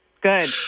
Good